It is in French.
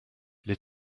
les